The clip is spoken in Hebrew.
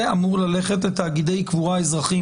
זה אמור ללכת לתאגידי קבורה אזרחים,